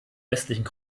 westlichen